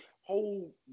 whole